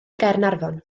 gaernarfon